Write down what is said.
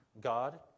God